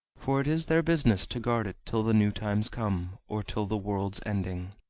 for it is their business to guard it till the new times come, or till the world's ending.